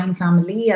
family